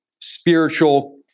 spiritual